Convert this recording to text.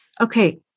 Okay